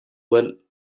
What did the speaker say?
well